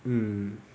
mm